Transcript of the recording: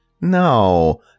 No